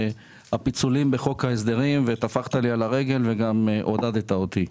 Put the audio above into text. הפיצולים בחוק ההסדרים וטפחת לי על הרגל וגם עודדת אותי.